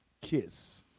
kiss